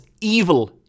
evil